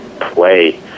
play